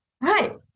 Right